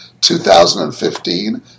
2015